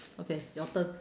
okay your turn